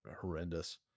horrendous